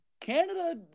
Canada